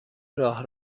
راه